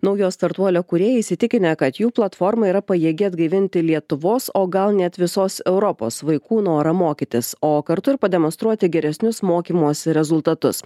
naujo startuolio kūrėjai įsitikinę kad jų platforma yra pajėgi atgaivinti lietuvos o gal net visos europos vaikų norą mokytis o kartu ir pademonstruoti geresnius mokymosi rezultatus